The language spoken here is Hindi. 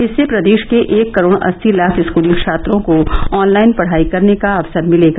इससे प्रदेश के एक करोड़ अस्सी लाख स्कूली छात्रों को ऑनलाइन पढ़ाई करने का अवसर मिलेगा